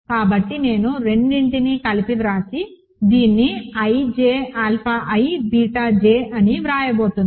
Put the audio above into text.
కాబట్టి నేను రెండింటినీ కలిపి వ్రాసి దీన్ని ij alpha i beta j అని వ్రాయబోతున్నాను